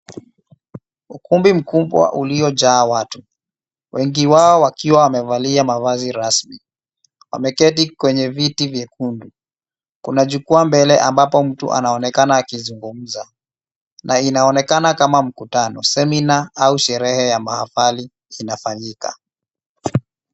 Ukumbi mkubwa uliojaa watu wengi wao wakiwa wamevalia mavazi rasmi. Wameketi kwenye viti vyekundu. Kuna jukwaa mbele ambapo mtu anaonekana akizugumza na inaonekana kama mkutano, semina au sherehe ya mahabali inafanyika.